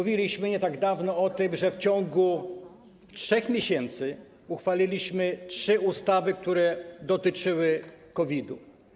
Mówiliśmy nie tak dawno o tym, że w ciągu 3 miesięcy uchwaliliśmy trzy ustawy, które dotyczyły COVID-u.